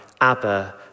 Abba